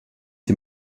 dem